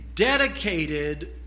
Dedicated